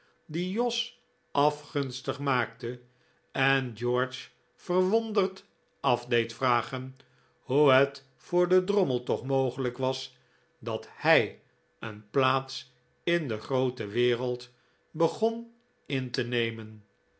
die jos afgunstig maakte en george verwonderd af deed vragen hoe het voor den drommel toch mogelijk was dat hij een plaats in de groote wereld begon in te nemen